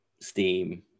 Steam